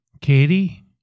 Katie